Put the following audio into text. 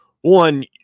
one